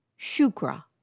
shukra